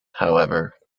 however